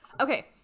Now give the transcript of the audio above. Okay